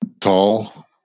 tall